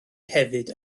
hefyd